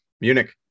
Munich